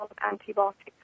antibiotics